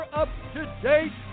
up-to-date